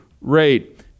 rate